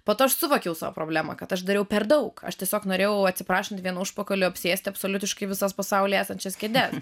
po to aš suvokiau savo problemą kad aš dariau per daug aš tiesiog norėjau atsiprašant vienu užpakaliu apsėsti absoliutiškai visas pasaulyje esančias kėdes